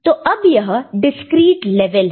तो अब यह डिस्क्रीट लेवल है